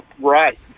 Right